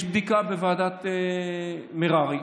יש בדיקה בוועדת מררי,